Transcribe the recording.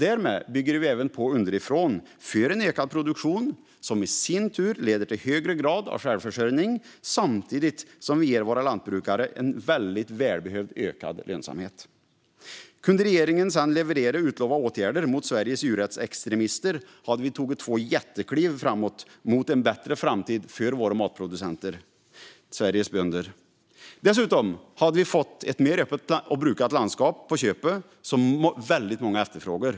Därmed bygger vi på underifrån för ökad produktion, som i sin tur leder till en högre grad av självförsörjning samtidigt som vi ger våra lantbrukare en mycket välbehövlig ökad lönsamhet. Om regeringen sedan skulle kunna leverera utlovade åtgärder mot Sveriges djurrättsextremister skulle vi ta två jättekliv mot en bättre framtid för våra matproducenter, Sveriges bönder. Dessutom skulle vi få ett mer öppet och brukat landskap på köpet, vilket väldigt många efterfrågar.